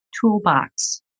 toolbox